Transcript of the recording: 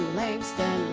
langston